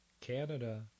Canada